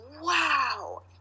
wow